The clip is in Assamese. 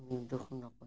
সিহঁতে মোক